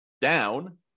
down